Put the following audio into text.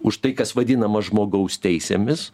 už tai kas vadinama žmogaus teisėmis